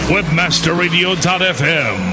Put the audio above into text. WebmasterRadio.fm